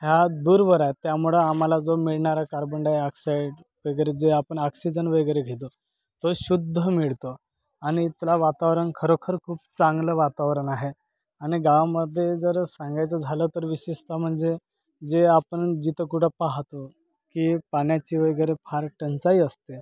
ह्या दूरवर आहेत त्यामुळं आम्हाला जो मिळणारा कार्बन डायऑक्साईड वगैरे जे आपण आक्सिजन वगैरे घेतो तो शुद्ध मिळतो आणि इथला वातावरण खरोखर खूप चांगलं वातावरण आहे आणि गावामध्ये जर सांगायचं झालं तर विशेषतः म्हणजे जे आपण जिथं कुठं पाहातो की पाण्याची वगैरे फार टंचाई असते